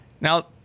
Now